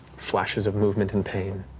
flashes of movement and pain,